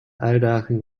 uitdaging